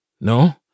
No